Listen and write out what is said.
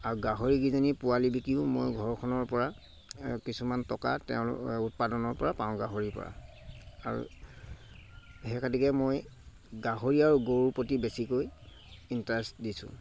আৰু গাহৰিকেইজনী পোৱালী বিকিও মই ঘৰখনৰ পৰা কিছুমান টকা তেওঁ উৎপাদনৰ পৰা পাওঁ গাহৰিৰ পৰা আৰু সেইগতিকে মই গাহৰি আৰু গৰুৰ প্ৰতি বেছিকৈ ইণ্টাৰেষ্ট দিছোঁ